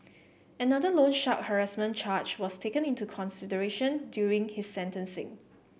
another loan shark harassment charge was taken into consideration during his sentencing